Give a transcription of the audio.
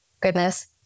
goodness